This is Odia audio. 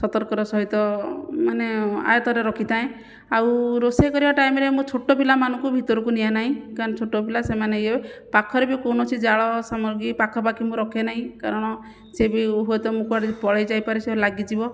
ସତର୍କର ସହିତ ମାନେ ଆୟତ୍ତରେ ରଖିଥାଏ ଆଉ ରୋଷେଇ କରିବା ଟାଇମ ରେ ମୁଁ ଛୋଟ ପିଲାମାନଙ୍କୁ ଭିତରକୁ ନିଏ ନାହିଁ କାରଣ ଛୋଟ ପିଲା ସେମାନେ ଇଏ ପାଖରେ ବି କୌଣସି ଜାଳ ସାମଗ୍ରୀ ପାଖାପାଖି ମୁଁ ରଖେ ନାହିଁ କାରଣ ସେ ବି ହୁଏ ତ କୁଆଡ଼େ ମୁଁ ପଳାଇଯାଇପାରେ ସିଏ ଲାଗିଯିବ